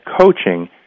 coaching